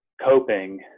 coping